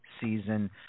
season